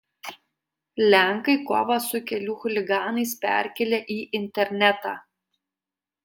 lenkai kovą su kelių chuliganais perkelia į internetą